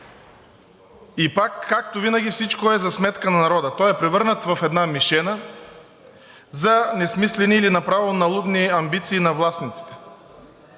отново, както винаги, всичко е за сметка на народа – той е превърнат в една мишена за несмислени или направо налудничави амбиции на властниците.